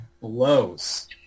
blows